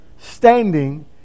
standing